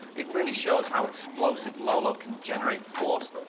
it really shows how explosive lolo can generate force.